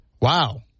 wow